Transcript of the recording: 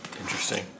Interesting